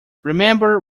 remember